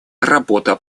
работа